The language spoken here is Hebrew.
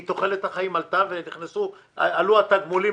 כי תוחלת החיים עלתה וגם עלו התגמולים